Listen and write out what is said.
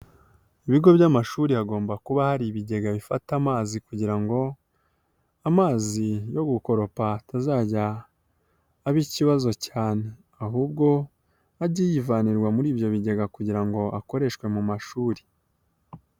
Ibigo by'amashuri hagomba kuba hari ibigega bifata amazi kugira ngo amazi yo gukoropa atazajya aba ikibazo cyane, ahubwo ajye yivanirwa muri ibyo bigega kugira ngo akoreshwe mu mashuri.